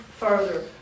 further